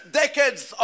decades